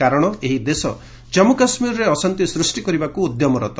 କାରଣ ଏହି ଦେଶ ଜନ୍ମୁ କାଶ୍ମୀରରେ ଅଶାନ୍ତି ସୃଷ୍ଟି କରିବାକୁ ଉଦ୍ୟମରତ